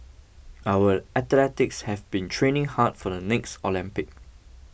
our athletes have been training hard for the next Olympics